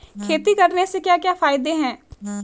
खेती करने से क्या क्या फायदे हैं?